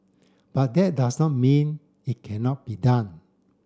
but that does not mean it cannot be done